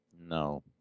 No